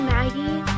Maggie